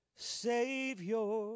Savior